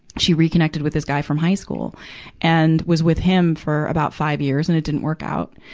she reconnected with this guy from high school and was with him for about five years and it didn't work out.